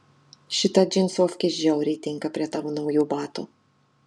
šita džinsofkė žiauriai tinka prie tavo naujų batų